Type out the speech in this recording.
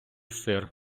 сир